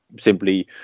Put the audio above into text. simply